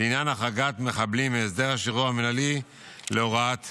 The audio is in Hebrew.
לעניין החרגת מחבלים מהסדר השחרור המינהלי להוראת קבע.